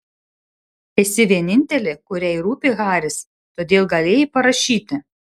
esi vienintelė kuriai rūpi haris todėl galėjai parašyti